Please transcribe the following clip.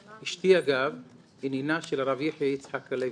אשתי, אגב, היא נינה של הרב יחיא יצחק הלוי,